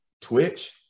twitch